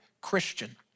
Christian